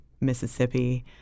Mississippi